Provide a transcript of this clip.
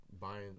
buying